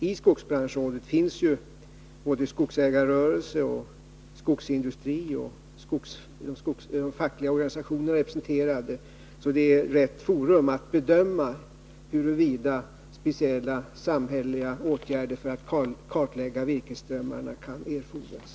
I skogsbranschrådet är både skogsägarrörelsen, skogsindustrin och de fackliga organisationerna representerade, varför detta är rätt forum att bedöma huruvida speciella samhälleliga åtgärder för att kartlägga virkesströmmarna kan erfordras.